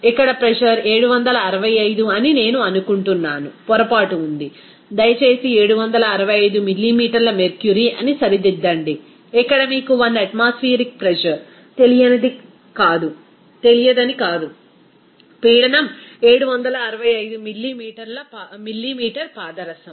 ఇక్కడ ప్రెజర్ 765 అని నేను అనుకుంటున్నాను పొరపాటు ఉంది దయచేసి 765 మిల్లీమీటర్ల మెర్క్యురీ అని సరిదిద్దండి ఇక్కడ మీకు 1 అట్మాస్ఫియరిక్ ప్రెజర్ తెలియదని కాదు పీడనం 765 మిల్లీమీటర్ పాదరసం